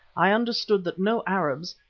i understood that no arabs,